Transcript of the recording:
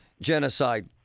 genocide